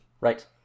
Right